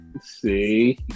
see